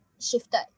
shifted